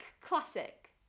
classic